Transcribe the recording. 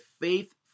faith